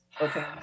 Okay